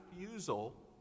refusal